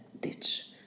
ditch